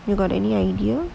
you got any idea